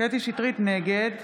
נגד